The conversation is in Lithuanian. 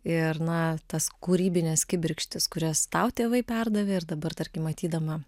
ir na tas kūrybines kibirkštis kurias tau tėvai perdavė ir dabar tarkim matydama